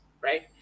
right